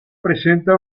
presenta